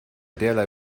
derlei